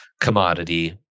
commodity